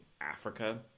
Africa